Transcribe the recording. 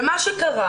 ומה שקרה